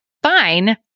Fine